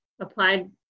applied